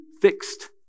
fixed